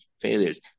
failures